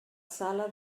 sala